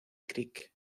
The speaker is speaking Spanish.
creek